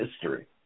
history